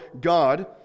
God